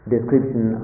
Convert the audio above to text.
description